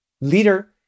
leader